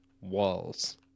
walls